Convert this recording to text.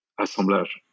assemblage